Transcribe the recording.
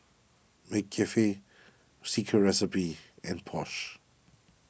McCafe Secret Recipe and Porsche